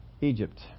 Egypt